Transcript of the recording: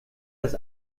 das